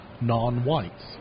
non-whites